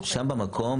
שם במקום?